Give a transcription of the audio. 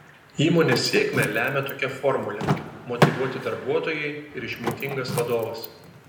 įmonės sėkmę lemią tokia formulė motyvuoti darbuotojai ir išmintingas vadovas